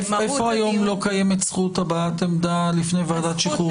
איפה היום לא קיימת זכות הבעת עמדה לפני ועדת שחרורים?